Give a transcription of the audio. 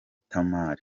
tamil